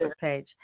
page